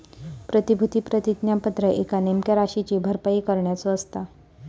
प्रतिभूती प्रतिज्ञापत्र एका नेमक्या राशीची भरपाई करण्याचो असता